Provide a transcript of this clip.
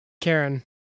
Karen